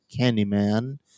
Candyman